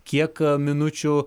kiek minučių